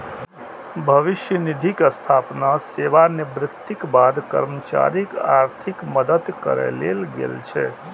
भविष्य निधिक स्थापना सेवानिवृत्तिक बाद कर्मचारीक आर्थिक मदति करै लेल गेल छै